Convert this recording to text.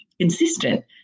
consistent